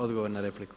Odgovor na repliku.